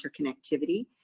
interconnectivity